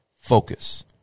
focus